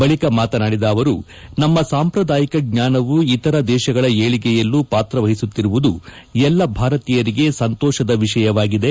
ಬಳಿಕ ಮಾತನಾಡಿದ ಅವರು ನಮ್ಮ ಸಾಂಪ್ರಾದಾಯಿಕ ಜ್ಞಾನವು ಇತರ ದೇಶಗಳ ಏಳಿಗೆಯಲ್ಲೂ ಪಾತ್ರವಹಿಸುತ್ತಿರುವುದು ಎಲ್ಲ ಭಾರತೀಯರಿಗೆ ಸಂತೋಷದ ವಿಷಯವಾಗಿದೆ